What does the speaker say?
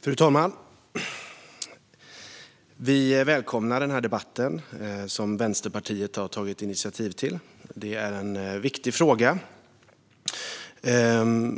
Fru talman! Vi välkomnar denna debatt, som Vänsterpartiet har tagit initiativ till. Det är en viktig fråga